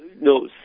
no